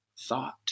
thought